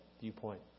viewpoint